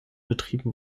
betrieben